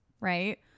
right